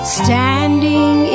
standing